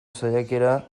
saiakera